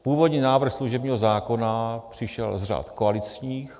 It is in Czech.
Původní návrh služebního zákona přišel z řad koaličních.